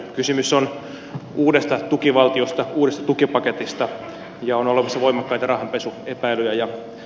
kysymys on uudesta tukivaltiosta uudesta tukipaketista ja on olemassa voimakkaita rahanpesu epäilyjä